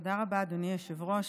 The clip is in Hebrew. תודה רבה, אדוני היושב-ראש.